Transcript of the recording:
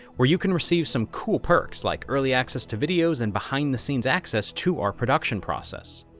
where you can recieve some cool perks like early access to videos and behind the scenes access to our production process.